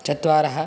चत्वारः